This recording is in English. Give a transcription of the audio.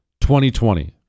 2020